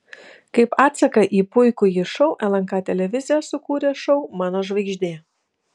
kaip atsaką į puikųjį šou lnk televizija sukūrė šou mano žvaigždė